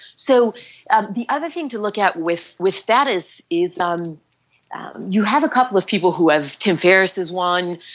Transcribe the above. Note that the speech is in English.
so ah the other thing to look at with with status is um you have a couple of people who have tim ferriss is one,